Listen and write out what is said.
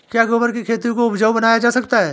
क्या गोबर से खेती को उपजाउ बनाया जा सकता है?